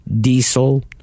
diesel